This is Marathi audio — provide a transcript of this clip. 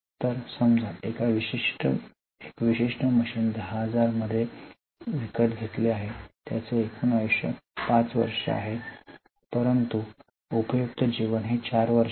तर समजा एक विशिष्ट मशीन 10000 मध्ये विकत घेतले आहे त्याचे एकूण आयुष्य 5 वर्षे आहे परंतु उपयुक्त जीवन 4 वर्षे आहे